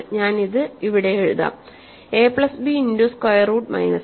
ഞാൻ ഇത് ഇവിടെ എഴുതാം A plus B into square root minus 5